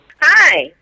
Hi